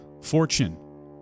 fortune